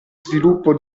sviluppo